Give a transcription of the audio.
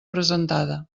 presentada